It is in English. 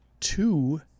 Two